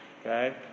Okay